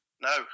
No